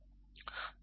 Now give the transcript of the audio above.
तो यह हालिया बदलाव है